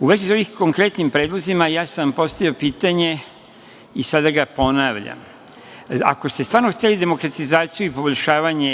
vezi sa ovim konkretnim predlozima, ja sam postavio pitanje i sada ga ponavljam. Ako ste stvarno hteli demokratizaciju i poboljšavanje